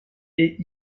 est